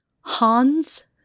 Hans